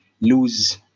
lose